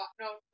No